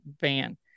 van